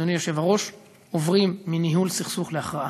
אדוני היושב-ראש: עוברים מניהול סכסוך להכרעה.